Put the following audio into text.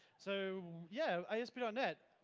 so yeah, ah asp. you know net,